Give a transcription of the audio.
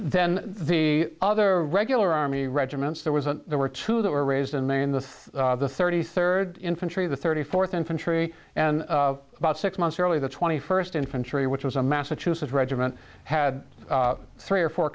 then the other regular army regiments there was a there were two that were raised and then the the thirty third infantry the thirty fourth infantry and about six months early the twenty first infantry which was a massachusetts regiment had three or four